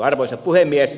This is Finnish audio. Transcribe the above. arvoisa puhemies